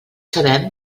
sabem